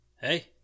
Hey